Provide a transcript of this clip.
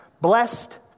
Blessed